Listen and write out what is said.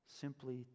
simply